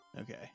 Okay